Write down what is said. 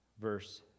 verse